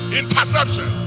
interception